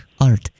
art